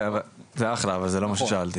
כן, זה אחלה אבל זה לא מה ששאלתי.